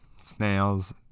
snails